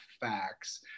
facts